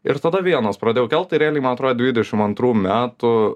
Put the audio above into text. ir tada vienas pradėjau kelt tai realiai man atrodo dvidešimt antrų metų